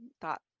thought